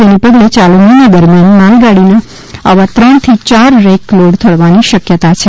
જેને પગલે ચાલુ મહિના દરમિયાન માલગાડીના આવા ત્રણથી યાર રેક લોડ થવાની શક્યતા છે